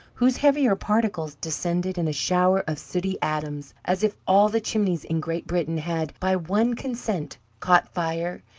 whose heavier particles descended in a shower of sooty atoms, as if all the chimneys in great britain had, by one consent, caught fire,